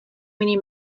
many